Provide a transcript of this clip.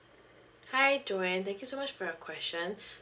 hi joan thank you so much for your question